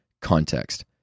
context